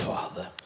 Father